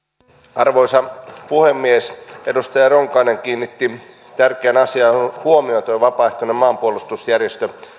arvoisa puhemies edustaja ronkainen kiinnitti tärkeään asiaan huomiota tuo vapaaehtoinen maanpuolustusjärjestö